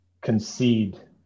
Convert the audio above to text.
concede